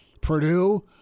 Purdue